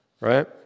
right